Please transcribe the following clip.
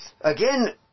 Again